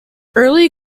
early